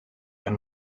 and